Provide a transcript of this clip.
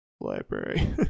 library